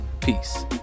peace